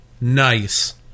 Nice